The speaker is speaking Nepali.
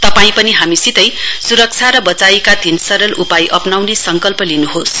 तपाईं पनि हामीसितै सुरक्षा र बचाईका तीन सरल उपाय अप्राउने संकल्प गर्नुहोस